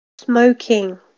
Smoking